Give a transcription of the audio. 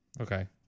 Okay